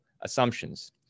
assumptions